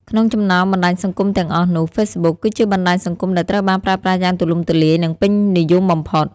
ក្នុងចំណោមបណ្ដាញសង្គមទាំងអស់នោះ Facebook គឺជាបណ្ដាញសង្គមដែលត្រូវបានប្រើប្រាស់យ៉ាងទូលំទូលាយ និងពេញនិយមបំផុត។